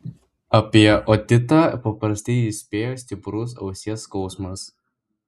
apie otitą paprastai įspėja stiprus ausies skausmas